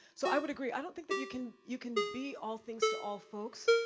so, i would agree. i don't think that you can you can be all things, to all folks,